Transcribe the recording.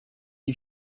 you